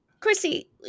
Chrissy